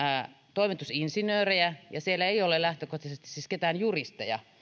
toimitusinsinöörejä ja siellä ei ole lähtökohtaisesti siis ketään juristeja